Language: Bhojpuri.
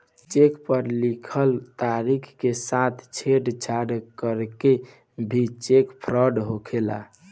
चेक पर लिखल तारीख के साथ छेड़छाड़ करके भी चेक फ्रॉड होखेला